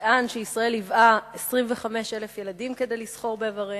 נטען שישראל ייבאה 25,000 ילדים כדי לסחור באיבריהם,